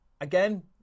again